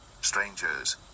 Strangers